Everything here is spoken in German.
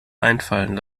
einfallen